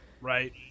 right